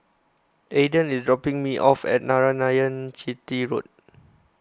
Ayden is dropping me off at Narayanan Chetty Road